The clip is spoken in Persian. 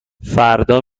فردا